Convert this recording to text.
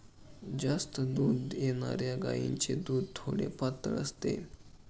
जास्त दूध देणाऱ्या गायीचे दूध थोडे पातळ असते